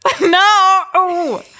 No